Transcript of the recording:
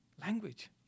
Language